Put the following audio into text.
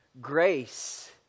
grace